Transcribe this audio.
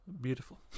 Beautiful